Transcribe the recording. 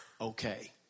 Okay